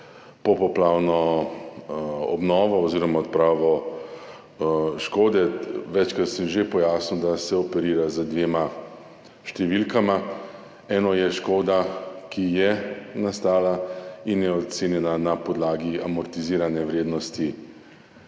popoplavno obnovo oziroma odpravo škode. Večkrat sem že pojasnil, da se operira z dvema številkama. Eno je škoda, ki je nastala in je ocenjena na podlagi amortizirane vrednosti